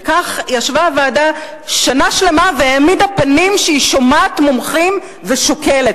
וכך ישבה הוועדה שנה שלמה והעמידה פנים שהיא שומעת מומחים ושוקלת.